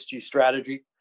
strategy